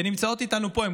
שנמצאות איתנו פה.